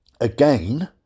again